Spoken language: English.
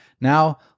Now